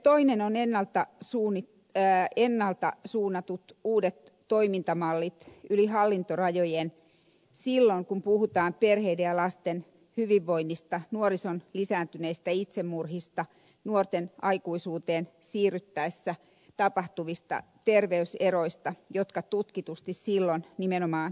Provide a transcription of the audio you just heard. toinen asiani on ennalta suunnatut uudet toimintamallit yli hallintorajojen silloin kun puhutaan perheiden ja lasten hyvinvoinnista nuorison lisääntyneistä itsemurhista nuorten aikuisuuteen siirtyessä tulevista terveyseroista jotka tutkitusti silloin nimenomaan kärjistyvät